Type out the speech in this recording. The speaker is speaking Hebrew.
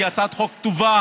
כי היא הצעת חוק טובה,